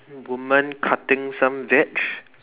woman cutting some veg